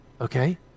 okay